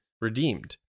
redeemed